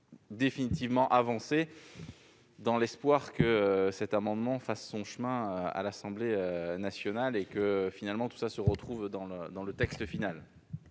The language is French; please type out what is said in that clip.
un premier pas, dans l'espoir que cet amendement fasse son chemin à l'Assemblée nationale et que, finalement, tout cela se retrouve dans le texte final.